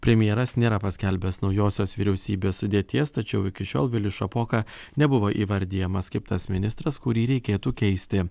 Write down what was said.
premjeras nėra paskelbęs naujosios vyriausybės sudėties tačiau iki šiol vilius šapoka nebuvo įvardijamas kaip tas ministras kurį reikėtų keisti